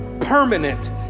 permanent